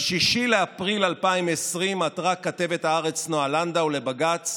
ב-6 באפריל 2020 עתרה כתבת הארץ נעה לנדאו לבג"ץ,